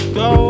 go